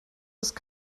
ist